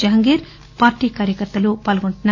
Jahangir party కార్యకర్తలు పాల్గొన్నారు